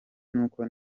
nuko